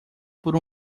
por